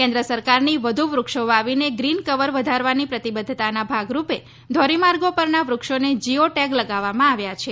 કેન્દ્ર સરકારની વધુ વૃક્ષો વાવીને ગ્રીન કવર વધારવાની પ્રતિબદ્ધતાના ભાગરૂપે ધોરીમાર્ગો પરના વૃક્ષોને જીઓ ટેગ લગાવવામાં આવ્યા છે